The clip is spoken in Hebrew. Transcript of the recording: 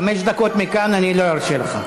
חמש דקות מכאן לא ארשה לך.